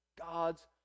God's